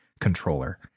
controller